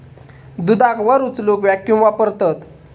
दुधाक वर उचलूक वॅक्यूम वापरतत